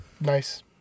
Nice